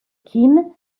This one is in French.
kim